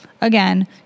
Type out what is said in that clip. again